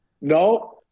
No